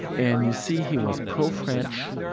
and you see he was pro-french.